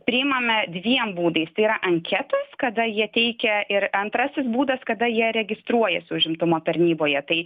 priimame dviem būdais yra anketos kada jie teikia ir antrasis būdas kada jie registruojasi užimtumo tarnyboje tai